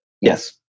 Yes